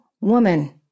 woman